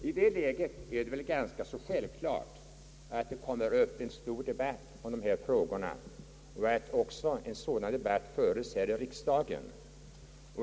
I det läget är det ganska självklart att det blir en stor debatt om dessa frågor och att en sådan debatt förs även här i riksdagen.